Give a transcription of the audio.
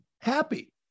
Happy